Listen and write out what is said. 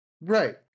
Right